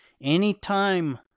Anytime